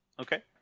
okay